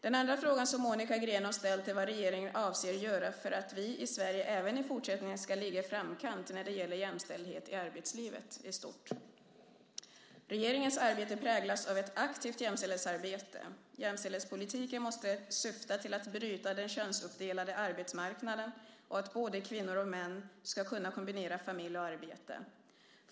Den andra frågan som Monica Green har ställt är vad regeringen avser att göra för att vi i Sverige även i fortsättningen ska ligga i framkant när det gäller jämställdhet i arbetslivet i stort. Regeringens arbete präglas av ett aktivt jämställdhetsarbete. Jämställdhetspolitiken måste syfta till att bryta den könsuppdelade arbetsmarknaden och att både kvinnor och män ska kunna kombinera familj och arbete.